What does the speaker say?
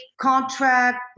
contract